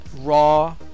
raw